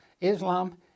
Islam